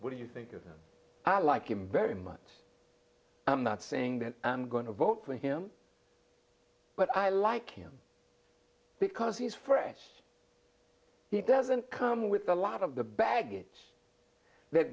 what do you think of that i like him very much i'm not saying that i'm going to vote for him but i like him because he's fresh he doesn't come with a lot of the baggage that